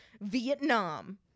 vietnam